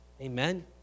amen